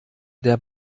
der